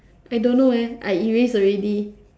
I don't know leh I erase already